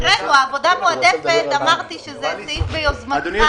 הקראנו את סעיף 4. עבודה מועדפת אמרתי שזה סעיף ביוזמתך.